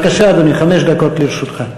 בבקשה, אדוני, חמש דקות לרשותך.